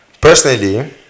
Personally